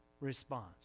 response